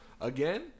again